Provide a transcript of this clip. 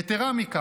יתרה מזו,